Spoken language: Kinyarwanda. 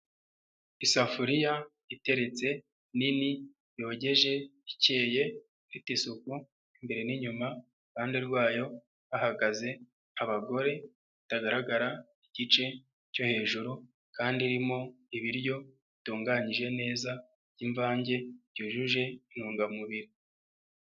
Isafuriya iteretse nini yogeje ikeye ifite isuku imbere n'inyuma. Iruhande rwayo hahagaze abagore batagaragara igice cyo hejuru kandi irimo ibiryo bitunganyije neza by'imvange byujuje intungamubiri.